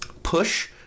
Push